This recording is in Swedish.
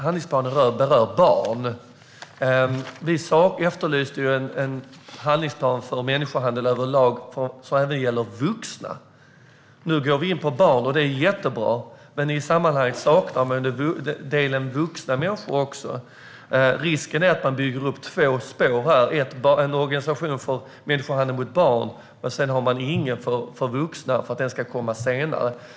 Handlingsplanen gäller barn; vi efterlyste en handlingsplan för människohandel överlag, som även gäller vuxna. Nu handlar det om barn, och det är jättebra, men vi saknar en del som också gäller vuxna människor. Risken är att man bygger upp två spår: en organisation för människohandel med barn, men ingen för vuxna, för den ska komma senare.